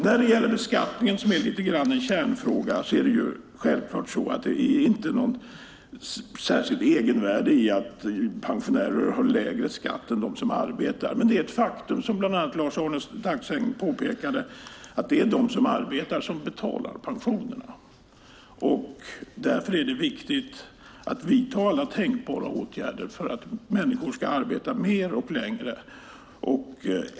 När det gäller beskattningen, som är lite grann en kärnfråga, är det självklart så att det inte är något särskilt egenvärde i att pensionärer har högre skatt än de som arbetar, men det är ett faktum som bland annat Lars-Arne Staxäng påpekade att det är de som arbetar som betalar pensionerna. Därför är det viktigt att vi vidtar alla tänkbara åtgärder för att människor ska arbeta mer och längre.